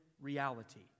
reality